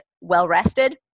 well-rested